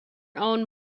own